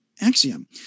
axiom